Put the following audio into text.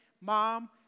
mom